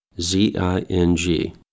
Z-I-N-G